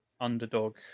underdog